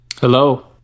Hello